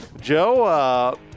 Joe